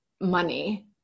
money